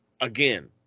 again